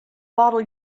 bottle